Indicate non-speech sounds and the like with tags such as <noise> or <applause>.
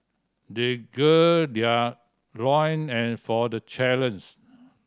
they gird their loin for the <unintelligible>